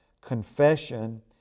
confession